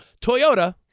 Toyota